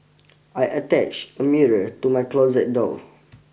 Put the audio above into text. I attached a mirror to my closet door